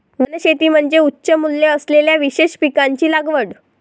वनशेती म्हणजे उच्च मूल्य असलेल्या विशेष पिकांची लागवड